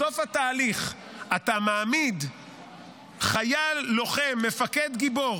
בסוף התהליך אתה מעמיד חיל לוחם, מפקד גיבור,